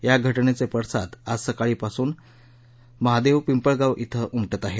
या घटनेचे पडसाद आज सकाळी पासून महादेव पिंपळगाव इथ उमटत आहेत